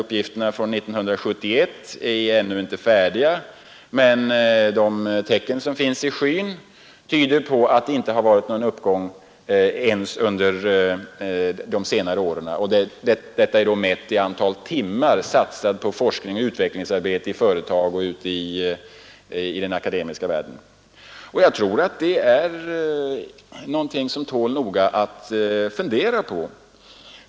Uppgifter för 1971 finns ännu inte tillgängliga, men tecken i skyn tyder på att någon uppgång inte skett ens under de senare åren. Detta är då mätt i antal timmar satsade på forskningsoch utvecklingsarbete i företag och i den akademiska världen. Detta är någonting som man noga bör fundera på.